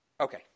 Okay